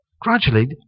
Gradually